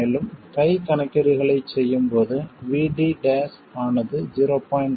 மேலும் கை கணக்கீடுகளைச் செய்யும்போது VD ஆனது 0